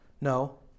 No